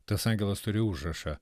tas angelas turi užrašą